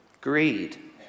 Greed